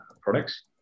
products